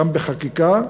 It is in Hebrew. גם בחקיקה,